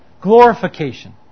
glorification